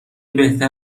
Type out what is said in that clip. بهتر